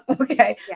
Okay